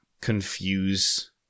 confuse